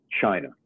China